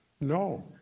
No